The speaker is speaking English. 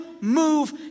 move